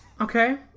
Okay